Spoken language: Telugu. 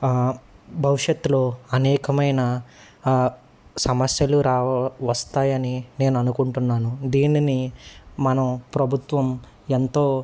భవిష్యత్తులో అనేకమైన సమస్యలు రావ వస్తాయని నేను అనుకుంటున్నాను దీనిని మనం ప్రభుత్వం ఎంతో